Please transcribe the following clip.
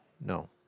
no